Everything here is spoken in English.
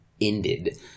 ended